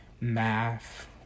math